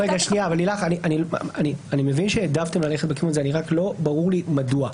אני מבין שהעדפתם ללכת בכיוון הזה אלא שלא ברור לי מדוע.